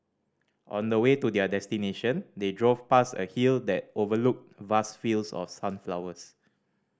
on the way to their destination they drove past a hill that overlooked vast fields of sunflowers